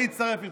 אני אצטרף אליך.